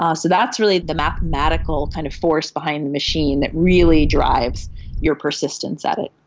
um so that's really the mathematical kind of force behind the machine that really drives your persistence at it.